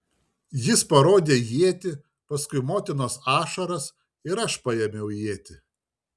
jis parodė ietį paskui motinos ašaras ir aš paėmiau ietį